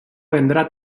vendrá